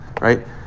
right